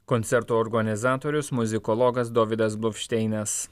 koncerto organizatorius muzikologas dovydas bluvšteinas